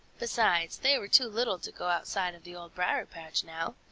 besides, they were too little to go outside of the old briar-patch now.